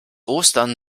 ostern